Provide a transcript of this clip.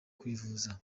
kwivuza